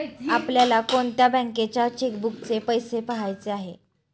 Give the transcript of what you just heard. आपल्याला कोणत्या बँकेच्या चेकबुकचे पैसे पहायचे आहे?